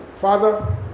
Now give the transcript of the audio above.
Father